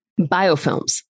Biofilms